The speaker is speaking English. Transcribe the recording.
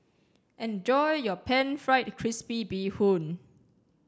enjoy your pan fried crispy bee hoon